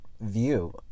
view